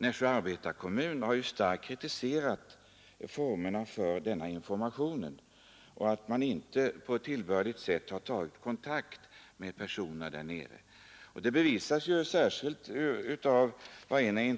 Nässjö arbetarekommun har ju starkt kritiserat formerna för denna information och sagt att man inte på ett tillbörligt sätt har tagit kontakt med personerna där nere. Det bevisas t.ex. av att en